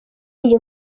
iyi